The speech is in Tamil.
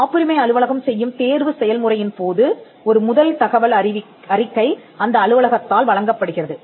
காப்புரிமை அலுவலகம் செய்யும் தேர்வு செயல்முறையின் போது ஒரு முதல் பரிசோதனை அறிக்கை அந்த அலுவலகத்தால் வழங்கப்படுகிறது